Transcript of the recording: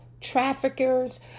traffickers